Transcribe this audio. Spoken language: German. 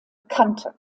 kannte